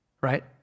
right